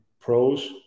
Pros